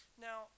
Now